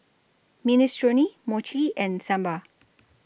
Minestrone Mochi and Sambar